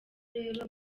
rero